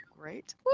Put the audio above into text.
Great